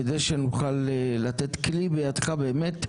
כדי שנוכל לתת כלי בידך באמת,